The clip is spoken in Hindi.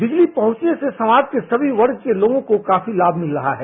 बिजली पहुंचने से समाज के सभी वर्ग के लोगों को लाभ मिल रहा है